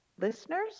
listeners